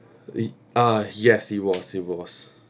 it uh yes he was he was